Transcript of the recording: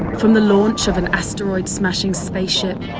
from the launch of an asteroid-smashing spaceship,